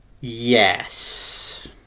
Yes